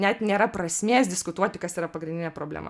net nėra prasmės diskutuoti kas yra pagrindinė problema